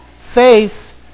faith